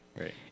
Right